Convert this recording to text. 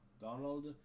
Donald